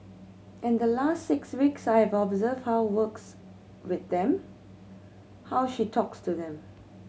in the last six weeks I have observed how works with them how she talks to them